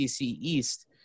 East